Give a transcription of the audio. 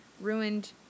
Ruined